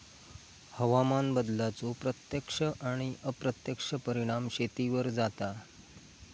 हवामान बदलाचो प्रत्यक्ष आणि अप्रत्यक्ष परिणाम शेतीवर जाता